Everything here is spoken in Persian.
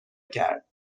کرد